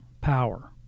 power